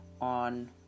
on